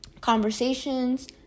conversations